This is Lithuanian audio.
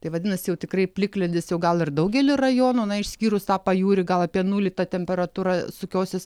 tai vadinasi jau tikrai plikledis jau gal ir daugely rajonų na išskyrus tą pajūrį gal apie nulį ta temperatūra sukiosis